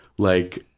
like,